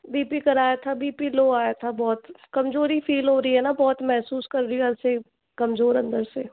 B P कराया था B P low आया था बहुत कमज़ोरी फील हो रही है ना बहुत महसूस कर रही हूँ ऐसे कमज़ोर अंदर से